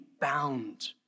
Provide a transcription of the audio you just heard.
bound